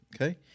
Okay